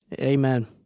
Amen